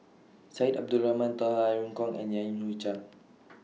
Syed Abdulrahman Taha Irene Khong and Yan Hui Chang